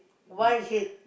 why head